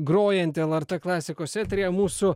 grojanti lrt klasikos eteryje mūsų